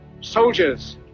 Soldiers